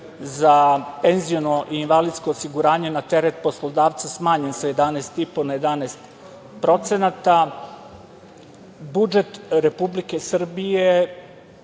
za penziono i invalidsko osiguranje na teret poslodavca smanjen sa 11,5 na 11% budžet Republike Srbije